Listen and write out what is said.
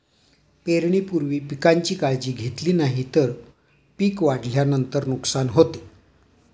पेरणीपूर्वी पिकांची काळजी घेतली नाही तर पिक वाढल्यानंतर नुकसान होते